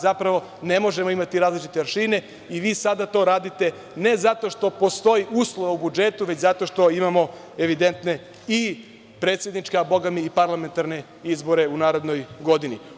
Zapravo, ne možemo imati različite aršine i vi sada to radite ne zato što postoji uslova u budžetu, već zato što imamo evidentne i predsedničke, a bogami i parlamentarne izbore u narednoj godini.